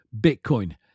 Bitcoin